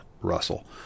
Russell